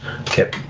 Okay